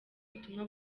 butumwa